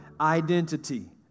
Identity